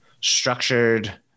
structured